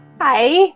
Hi